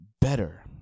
better